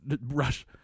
Rush